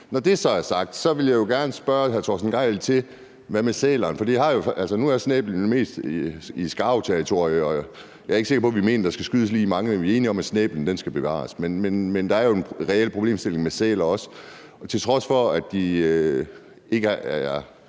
Når det så er sagt, vil jeg gerne spørge hr. Torsten Gejl: Hvad med sælerne? Altså, nu er snæblen jo mest i skarvterritorie, og jeg er ikke sikker på, vi mener, at der skal skydes lige mange, men vi er enige om, at snæblen skal bevares. Men der er jo en reel problemstilling med sæler også; til trods for at der ikke er